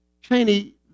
Cheney